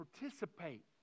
participate